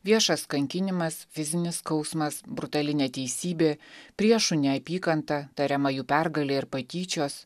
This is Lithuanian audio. viešas kankinimas fizinis skausmas brutali neteisybė priešų neapykanta tariama jų pergalė ir patyčios